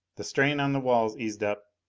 the strain on the walls eased up,